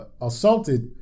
assaulted